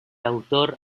autor